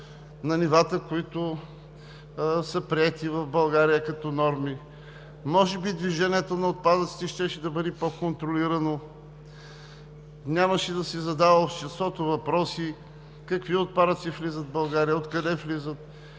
на нивата, които са приети в България като норми, може би движението на отпадъците щеше да бъде по-контролирано, нямаше обществото да си задава въпроси какви отпадъци влизат в България, откъде влизат,